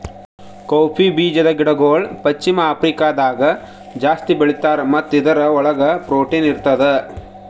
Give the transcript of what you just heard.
cowpea ಬೀಜದ ಗಿಡಗೊಳ್ ಪಶ್ಚಿಮ ಆಫ್ರಿಕಾದಾಗ್ ಜಾಸ್ತಿ ಬೆಳೀತಾರ್ ಮತ್ತ ಇದುರ್ ಒಳಗ್ ಪ್ರೊಟೀನ್ ಇರ್ತದ